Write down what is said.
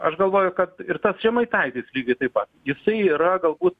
aš galvoju kad ir tas žemaitaitis lygiai taip pat jisai yra galbūt